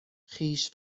خویش